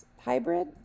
hybrid